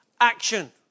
action